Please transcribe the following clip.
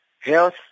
health